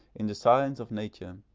in the science of nature.